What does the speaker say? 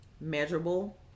measurable